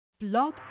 Blog